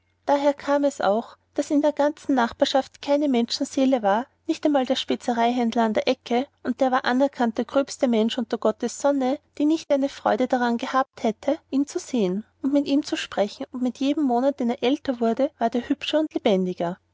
daher kam es denn auch daß in der ganzen nachbarschaft keine menschenseele war nicht einmal der spezereihändler an der ecke und der war anerkannt der gröbste mensch unter gottes sonne die nicht eine freude daran gehabt hätte ihn zu sehen und mit ihm zu sprechen und mit jedem monat den er älter wurde ward er hübscher und lebendiger